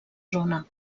zona